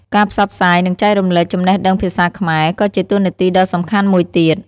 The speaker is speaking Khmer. ការផ្សព្វផ្សាយ និងចែករំលែកចំណេះដឹងភាសាខ្មែរ ក៏ជាតួនាទីដ៏សំខាន់មួយទៀត។